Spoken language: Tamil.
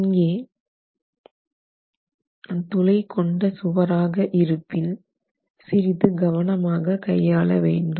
இங்கே துளை கொண்ட சுவராக இருப்பின் சிறிது கவனமாக கையாள வேண்டும்